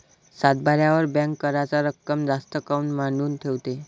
सातबाऱ्यावर बँक कराच रक्कम जास्त काऊन मांडून ठेवते?